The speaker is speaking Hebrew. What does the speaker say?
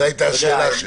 זאת הייתה השאלה לי.